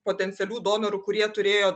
potencialių donorų kurie turėjo